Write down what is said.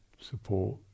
support